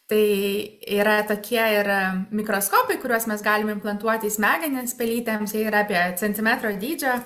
tai yra tokie yra mikroskopai kuriuos mes galim implantuot į smegenis pelytėms jie yra apie centimetro dydžio